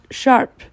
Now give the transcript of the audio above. sharp